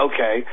Okay